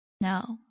No